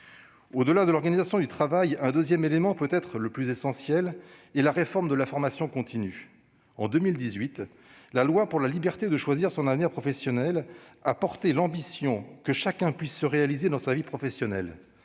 Au-delà de l'organisation du travail, un deuxième élément, peut-être le plus essentiel, est la réforme de la formation continue. En 2018, la loi pour la liberté de choisir son avenir professionnel a levé les discriminations persistantes dans notre pays et donné les